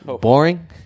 boring